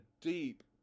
deep